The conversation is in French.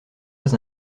pas